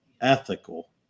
ethical